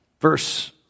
Verse